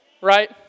right